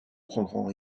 prendront